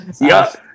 yes